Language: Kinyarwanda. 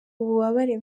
ububabare